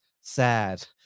sad